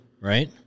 right